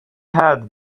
had